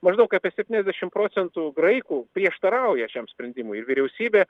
maždaug apie septyniasdešimt procentų graikų prieštarauja šiam sprendimui vyriausybė